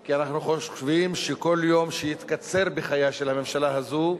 כי אנחנו חושבים שכל יום שיתקצר בחייה של הממשלה הזאת,